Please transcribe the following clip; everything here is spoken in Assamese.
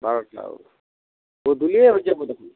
বাৰটা গধুলিয়েই হৈ যাব দেখোন